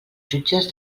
jutges